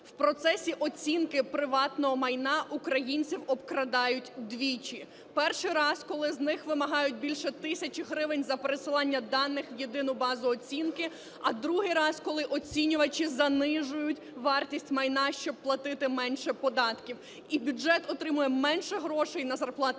В процесі оцінки приватного майна українців обкрадають двічі. Перший раз, коли з них вимагають більше тисячі гривень за пересилання даних в єдину базу оцінки, а другий раз, коли оцінювачі занижують вартість майна, щоб платити менше податків, і бюджет отримує менше грошей на зарплати